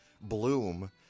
bloom